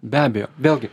be abejo vėlgi